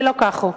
ולא כך הוא.